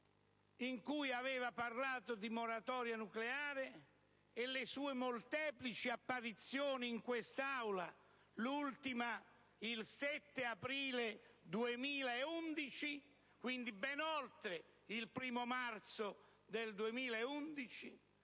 in cui aveva parlato di moratoria nucleare e molteplici apparizioni in quest'Aula (l'ultima è avvenuta il 7 aprile 2011, quindi ben oltre l'11 marzo del 2011),